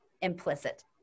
implicit